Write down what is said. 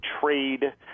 trade